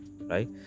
right